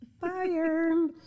Fire